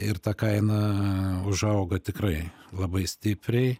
ir ta kaina užauga tikrai labai stipriai